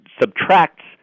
subtracts